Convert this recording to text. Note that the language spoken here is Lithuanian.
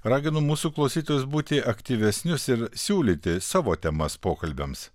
raginu mūsų klausytojus būti aktyvesnius ir siūlyti savo temas pokalbiams